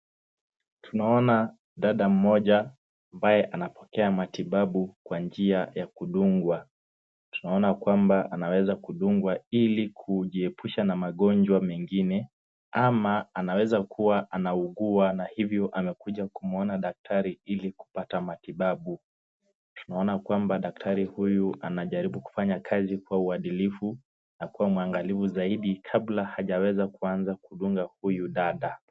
Naona dada mmoja ambaye anapokea matibabu kwa njia ya kudungwa. Tunaona kwamba anaweza kudungwa ili kujiepusha na magonjwa mengine ama anaweza kuwa anaugua na hivyo amekuja kumuona daktari ili kupata matibabu. Tunaona kwamba daktari huyu anajaribu kufanya kazi kwa uadilifu na kuwa muangalifu zaidi kabla hajaweza kuanza kudunga huyu dada.